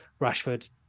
Rashford